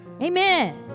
amen